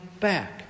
back